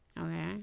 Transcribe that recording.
Okay